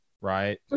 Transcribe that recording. right